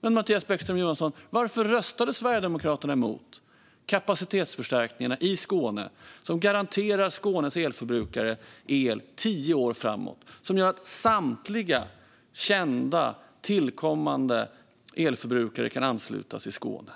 Men, Mattias Bäckström Johansson, varför röstade Sverigedemokraterna emot kapacitetsförstärkningarna i Skåne som garanterar Skånes elförbrukare el i tio år framåt och gör att samtliga kända tillkommande elförbrukare kan anslutas i Skåne?